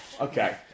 Okay